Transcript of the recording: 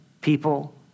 people